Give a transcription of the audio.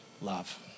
love